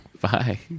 Bye